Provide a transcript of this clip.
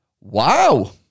wow